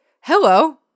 Hello